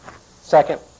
Second